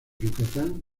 yucatán